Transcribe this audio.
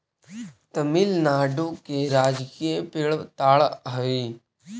तमिलनाडु के राजकीय पेड़ ताड़ हई